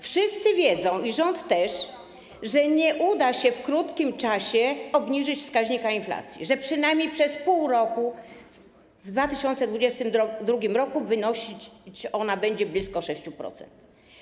Wszyscy wiedzą, rząd też, że nie uda się w krótkim czasie obniżyć wskaźnika inflacji, że przynajmniej przez pół roku w 2022 r. wynosić ona będzie blisko 6%.